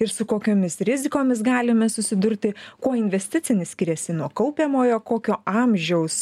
ir su kokiomis rizikomis galime susidurti kuo investicinis skiriasi nuo kaupiamojo kokio amžiaus